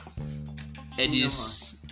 Edis